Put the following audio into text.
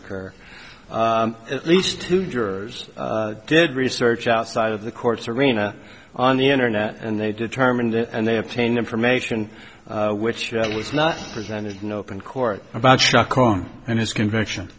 occur at least two jurors did research outside of the courts arena on the internet and they determined and they obtained information which was not presented in open court about struck wrong and his conviction